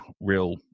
real